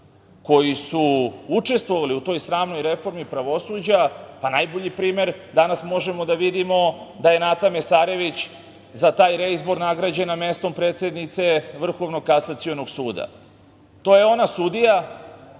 koji su učestvovali u toj sramnoj reformi pravosuđa, pa najbolji primer možemo danas da vidimo da je Nata Mesarević za taj reizbor nagrađena mesto predsednice Vrhovnog kasacionog suda. To je ona sudija